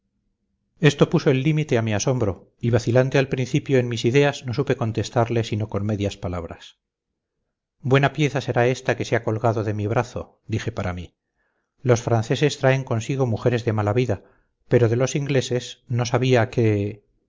esto puso el límite a mi asombro y vacilante al principio en mis ideas no supe contestarle sino con medias palabras buena pieza será ésta que se ha colgado de mi brazo dije para mí los franceses traen consigo mujeres de mala vida pero de los ingleses no sabía que